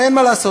אין מה לעשות,